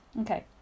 Okay